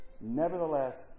Nevertheless